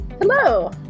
Hello